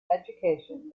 education